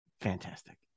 Fantastic